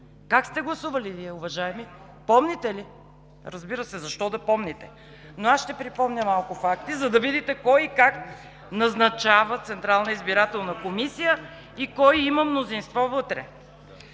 Как сте гласували Вие, уважаеми? Помните ли? Разбира се, защо да помните. Но аз ще припомня малко факти, за да видите кой и как назначава Централна избирателна комисия и кой има мнозинство вътре.